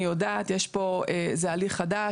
אני יודעת, זה הליך חדש.